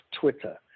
Twitter